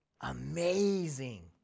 Amazing